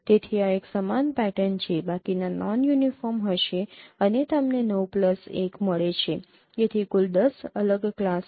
તેથી આ એક સમાન પેટર્ન છે બાકીના નોન યુનિફોર્મ હશે અને તમને ૯ ૧ મળે છે તેથી કુલ ૧૦ અલગ ક્લાસ હશે